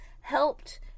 helped